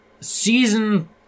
season